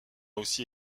aussi